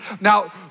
Now